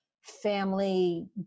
family